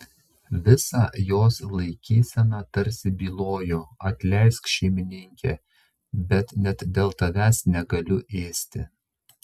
visa jos laikysena tarsi bylojo atleisk šeimininke bet net dėl tavęs negaliu ėsti